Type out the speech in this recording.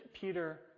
Peter